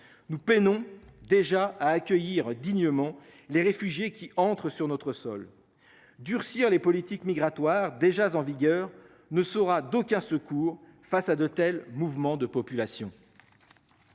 Nous peinons déjà à accueillir dignement les réfugiés qui entrent sur notre sol, durcir les politiques migratoires déjà en vigueur ne sera d'aucun secours face à de tels mouvements de population.